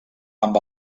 amb